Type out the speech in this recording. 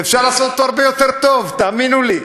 ואפשר לעשות אותו הרבה יותר טוב, תאמינו לי.